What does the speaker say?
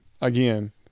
Again